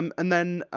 um and then,